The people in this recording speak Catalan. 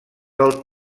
del